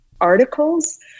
articles